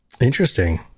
interesting